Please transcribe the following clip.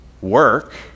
work